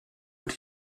but